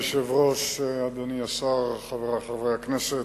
אדוני היושב-ראש, אדוני השר, חברי חברי הכנסת,